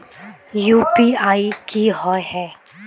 UPI की होय है?